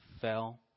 fell